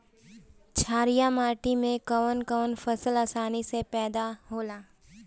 छारिया माटी मे कवन कवन फसल आसानी से पैदा होला?